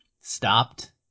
stopped